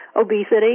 obesity